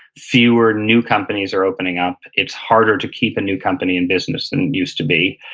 fewer new companies are opening up. it's harder to keep a new company and business than it used to be.